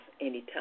anytime